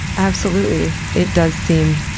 absolutely. it does seem